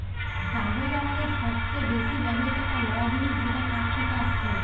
কাগজ আমাদের সবচে বেশি ব্যবহৃত একটা ল জিনিস যেটা কাঠ থেকে আসছে